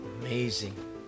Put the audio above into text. Amazing